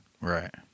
right